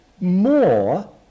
more